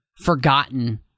forgotten